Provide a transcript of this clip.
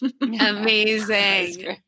Amazing